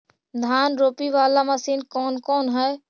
धान रोपी बाला मशिन कौन कौन है?